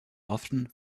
often